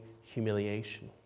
humiliation